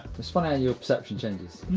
its funny how your perception changes.